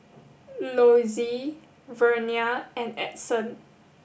Lossie Vernia and Edson